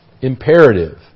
imperative